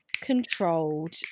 controlled